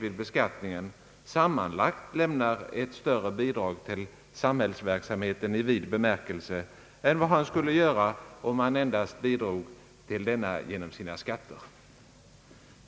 vid beskattningen, sammanlagt ger större bidrag till samhällsverksamheten i vid bemärkelse än vad han skulle göra, om han bidrog till denna endast genom sina skatter.